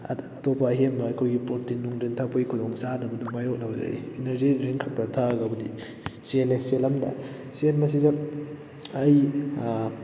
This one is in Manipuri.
ꯑꯇꯣꯞꯄ ꯑꯍꯦꯟꯕ ꯑꯩꯈꯣꯏꯒꯤ ꯄ꯭ꯔꯣꯇꯤꯟ ꯅꯨꯡꯗꯤꯟ ꯊꯛꯄꯒꯤ ꯈꯨꯗꯣꯡꯆꯥꯗꯕꯗꯨ ꯃꯥꯏꯌꯣꯛꯅꯕꯗꯒꯤ ꯏꯅꯔꯖꯤ ꯗ꯭ꯔꯤꯡ ꯈꯛꯇ ꯊꯛꯑꯒꯕꯨꯗꯤ ꯆꯦꯜꯂꯦ ꯆꯦꯟꯕꯁꯤꯗ ꯑꯩ